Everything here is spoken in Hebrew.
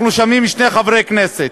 אנחנו שמים שני חברי כנסת.